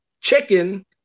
chicken